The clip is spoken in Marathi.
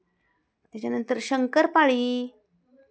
त्याच्यानंतर शंकरपाळी